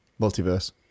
Multiverse